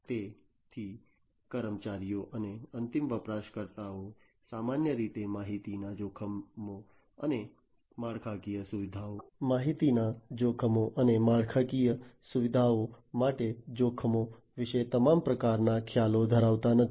તેથી કર્મચારીઓ અને અંતિમ વપરાશકર્તાઓ સામાન્ય રીતે માહિતીના જોખમો અને માળખાકીય સુવિધાઓ માટેના જોખમો વિશે તમામ પ્રકારના ખ્યાલ ધરાવતા નથી